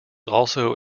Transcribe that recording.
also